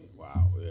Wow